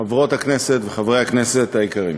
חברות הכנסת וחברי הכנסת היקרים,